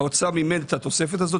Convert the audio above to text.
האוצר מימן את התוספת הזאת,